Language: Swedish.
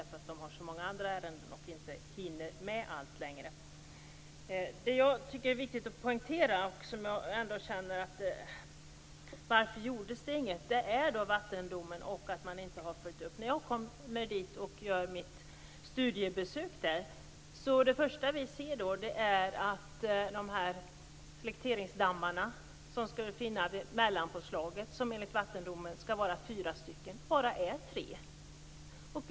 Man har så många ärenden att man inte längre hinner med allt. Det jag tycker är viktigt att poängtera är att man inte har följt upp vattendomen. Varför gjordes det ingenting? När vi var på studiebesök på platsen var det första vi såg att selekteringsdammarna, som enligt vattendomen skall vara fyra stycken, bara är tre.